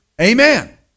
Amen